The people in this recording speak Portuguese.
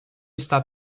está